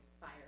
Fire